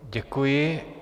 Děkuji.